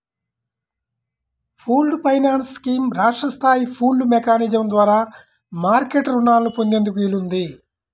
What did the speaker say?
pooled finance scheme రాష్ట్ర స్థాయి pooled mechanism ద్వారా మార్కెట్ రుణాలను పొందేందుకు వీలుంది